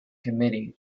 committee